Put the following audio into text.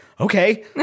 Okay